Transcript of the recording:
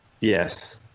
Yes